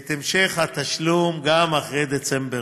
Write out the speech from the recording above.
את המשך התשלום גם אחרי דצמבר.